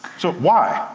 so why?